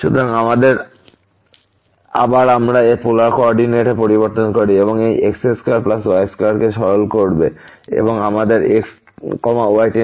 সুতরাং আবার আমরা পোলার কো অর্ডিনেটে পরিবর্তন করি এটি এই x2y2 কে সরল করবে এবং আমাদের x y0 0 e 1x2y2x4y4